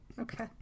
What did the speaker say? Okay